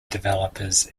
developers